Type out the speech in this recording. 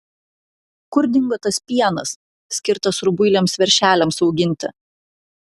kur dingo tas pienas skirtas rubuiliams veršeliams auginti